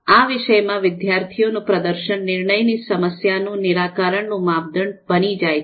આ વિષય માં વિદ્યાર્થી નું પ્રદર્શન નિર્ણયની સમસ્યાનું નિરાકરણ નું માપદંડ બની જાય છે